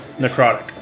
necrotic